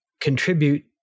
contribute